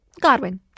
Godwin